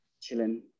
chilling